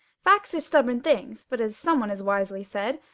facts are stubborn things, but as some one has wisely said,